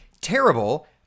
Terrible